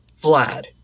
Vlad